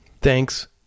Thanks